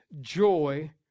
joy